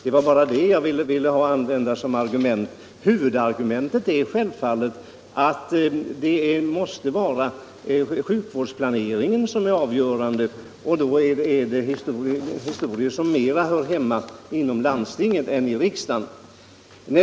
Det var bara det jag ville använda som argument. Huvudargumentet är självfallet att sjukvårdsplaneringen måste vara avgörande, och det är ställningstaganden som mer hör hemma inom landstingen än i riksdagen.